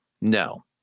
no